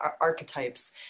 archetypes